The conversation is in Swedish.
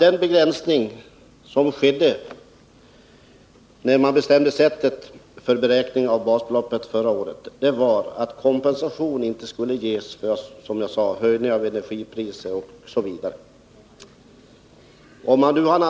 En begränsning i höjningen av detta förra året var beslutet att kompensation ej skulle ges för bl.a. höjda energipriser.